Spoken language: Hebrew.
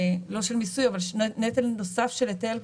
לא של מיסוי אבל נטל נוסף של היטל,